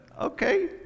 okay